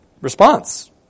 response